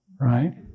right